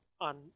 on